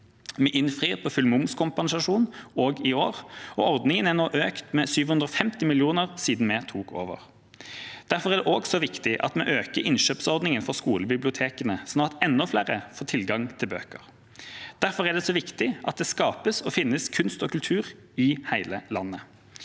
Vi innfrir på full momskompensasjon også i år, og ordningen er økt med 750 mill. kr siden vi tok over. Derfor er det også viktig at vi øker innkjøpsordningen for skolebibliotekene, sånn at enda flere får tilgang til bøker. Derfor er det så viktig at det skapes og finnes kunst og kultur i hele landet.